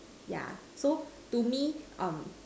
yeah so to me um